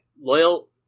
loyal